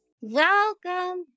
Welcome